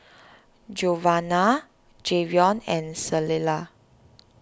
Giovanna Jayvion and Clella